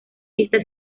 pista